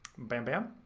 bam, bam.